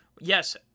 yes